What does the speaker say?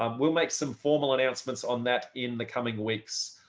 um we'll make some formal announcements on that in the coming weeks.